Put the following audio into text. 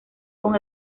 con